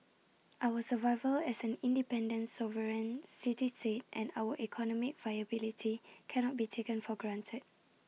our survival as an independent sovereign city state and our economic viability cannot be taken for granted